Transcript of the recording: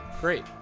great